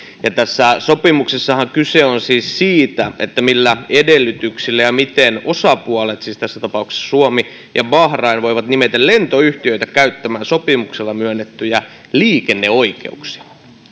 tässä sopimuksessahan kyse on siis siitä millä edellytyksillä ja miten osapuolet siis tässä tapauksessa suomi ja bahrain voivat nimetä lentoyhtiöitä käyttämään sopimuksella myönnettyjä liikenneoikeuksia